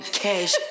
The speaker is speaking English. cash